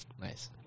Nice